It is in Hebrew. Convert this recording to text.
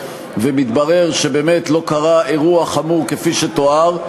ומתברר שבאמת לא קרה אירוע חמור כפי שתואר.